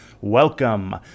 Welcome